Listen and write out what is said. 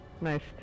nice